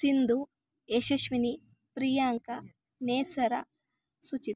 Sindhu Yashaswini Priyanka Nesara Suchit